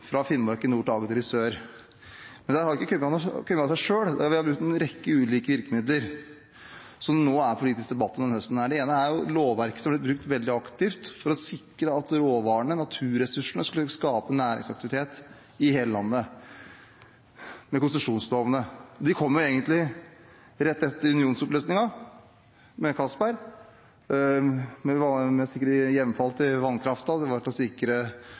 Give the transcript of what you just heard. fra Finnmark i nord til Agder i sør. Men det har ikke kommet av seg selv. Vi har brukt en rekke ulike virkemidler, som det nå i høst er politisk debatt om. Det ene er et lovverk, konsesjonslovene, som er blitt brukt veldig aktivt for å sikre at råvarene, naturressursene, skulle skape næringsaktivitet i hele landet. De kom egentlig rett etter unionsoppløsningen, med Castberg, for å sikre